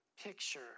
picture